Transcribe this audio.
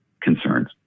concerns